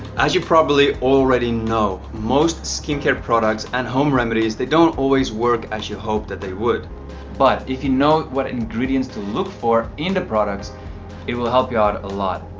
as you probably already know most skin care products and home remedies they don't always work as you hope that they would but if you know what ingredients to look for in the products it will help you out a lot.